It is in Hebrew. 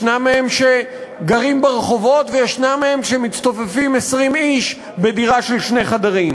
ישנם מהם שגרים ברחובות וישנם מהם שמצטופפים 20 איש בדירה של שני חדרים,